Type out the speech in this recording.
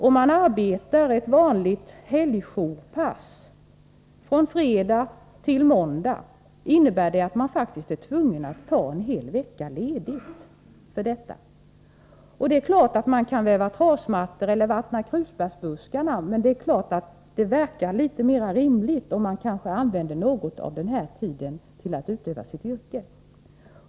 Om man arbetar ett vanligt helgjourpass från fredag till måndag innebär det att man faktiskt är tvungen att ta en hel vecka ledigt för detta. Det är klart att man kan väva trasmattor eller vattna krusbärsbuskarna, men det verkar mera rimligt om man använder något av denna tid till att utöva sitt yrke.